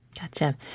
Gotcha